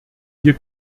hier